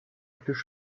produkte